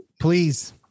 Please